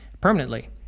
permanently